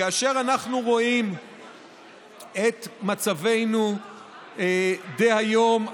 כאשר אנחנו רואים את מצבנו דהיום,